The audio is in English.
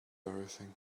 everything